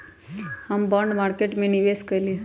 हम bond market में निवेश कलियइ ह